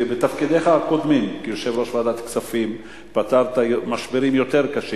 בתפקידך הקודמים כיושב-ראש ועדת כספים פתרת משברים יותר קשים.